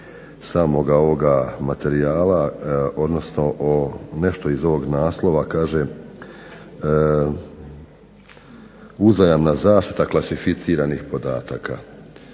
samoga ovoga materijala, odnosno nešto iz ovog naslova kaže uzajamna zaštita klasificiranih podatka.